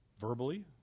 verbally